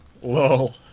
Whoa